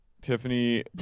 tiffany